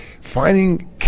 finding